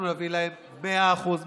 אנחנו נביא להם 100% מימון,